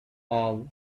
all